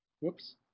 Whoops